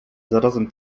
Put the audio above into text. zarazem